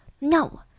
no